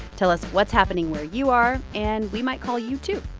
tell us what's happening where you are, and we might call you, too